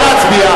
הצעת סיעת קדימה